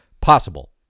possible